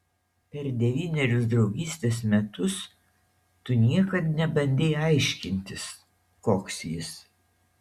per devynerius draugystės metus tu niekad nebandei aiškintis koks jis